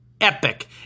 epic